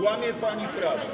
Łamie pani prawo.